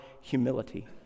humility